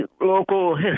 local